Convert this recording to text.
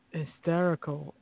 hysterical